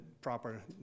proper